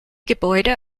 gebäude